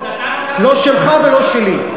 לא שלך ולא שלי.